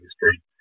history